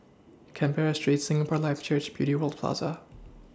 Canberra Street Singapore Life Church Beauty World Plaza